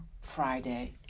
Friday